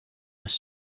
was